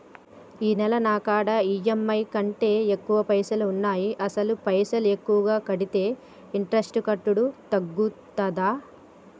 ఈ నెల నా కాడా ఈ.ఎమ్.ఐ కంటే ఎక్కువ పైసల్ ఉన్నాయి అసలు పైసల్ ఎక్కువ కడితే ఇంట్రెస్ట్ కట్టుడు తగ్గుతదా?